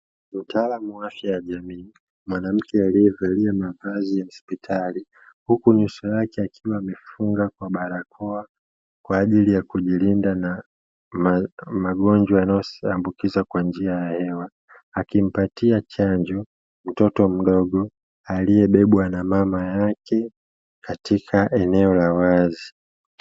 Mtaalamu wa afya ya jamii mwanamke aliyevalia mavazi ya hospitali, huku nyuso yake akiwa amefunga kwa barakoa kwa ajili ya kujilinda na magonjwa yanayo ambukizwa kwa njia ya hewa, akimpatia chanjo mtoto mdogo aliyebebwa na mama yake katika eneo la wazi.